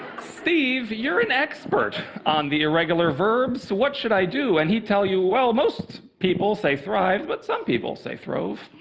steve, you're an expert on the irregular verbs. what should i do? and he'd tell you, well most people say thrived, but some people say throve.